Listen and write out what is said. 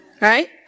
Right